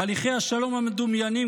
תהליכי השלום המדומיינים,